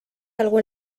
algo